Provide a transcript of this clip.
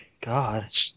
God